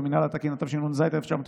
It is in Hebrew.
התש"ס 2000,